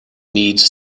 needs